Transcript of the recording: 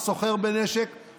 או סוחר בנשק,